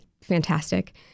fantastic